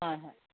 ꯍꯣꯏ ꯍꯣꯏ